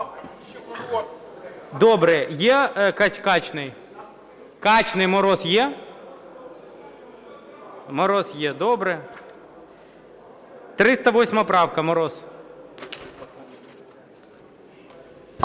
Добре. Є Качний? Качний, Мороз є? Мороз є, добре. 308 правка, Мороз.